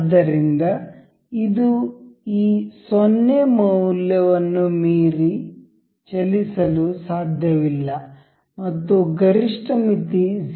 ಆದ್ದರಿಂದ ಇದು ಈ 0 ಮೌಲ್ಯವನ್ನು ಮೀರಿ ಚಲಿಸಲು ಸಾಧ್ಯವಿಲ್ಲ ಮತ್ತು ಗರಿಷ್ಠ ಮಿತಿ 0